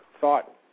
thought